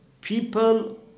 people